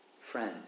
Friend